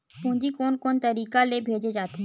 पूंजी कोन कोन तरीका ले भेजे जाथे?